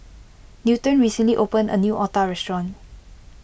Newton recently opened a new Otah restaurant